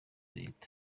leta